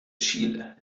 chile